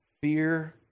Fear